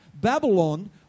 Babylon